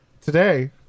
Today